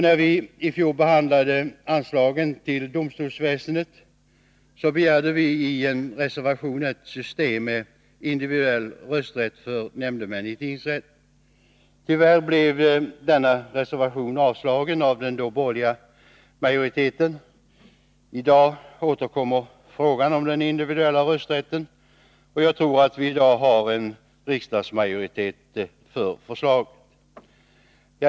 När vi i fjol behandlade anslagen till domstolsväsendet begärde vi i en reservation ett system med individuell rösträtt för nämndemän i tingsrätt. Tyvärr blev denna reservation avslagen av den då borgerliga majoriteten. I dag återkommer frågan om den individuella rösträtten, och jag tror att vi nu har en riksdagsmajoritet för förslaget.